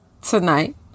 tonight